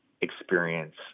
experience